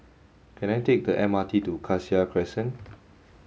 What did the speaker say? can I take a M R T to Cassia Crescent